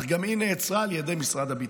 אך גם היא נעצרה על ידי משרד הביטחון.